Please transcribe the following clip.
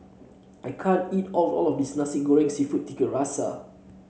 I can't eat all of this Nasi Goreng seafood Tiga Rasa